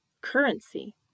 currency